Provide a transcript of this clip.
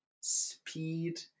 speed